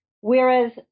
Whereas